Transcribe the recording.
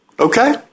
Okay